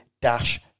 dash